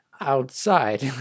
outside